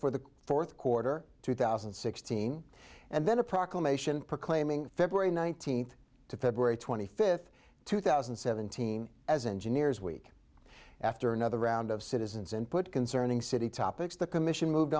for the fourth quarter two thousand and sixteen and then a proclamation proclaiming february nineteenth to february twenty fifth two thousand and seventeen as engineers week after another round of citizens input concerning city topics the commission moved